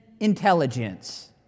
intelligence